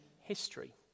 history